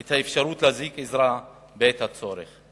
את האפשרות להזעיק עזרה בעת הצורך.